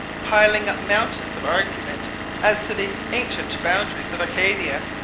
piling up mountains of argument as to the ancient boundaries of acadia.